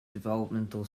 developmental